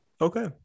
okay